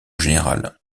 général